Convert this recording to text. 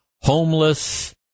homeless